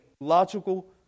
logical